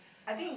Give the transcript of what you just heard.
I think is